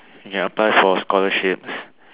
ya apply for scholarships